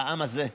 והעם הזה,